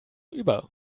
über